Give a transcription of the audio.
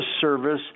service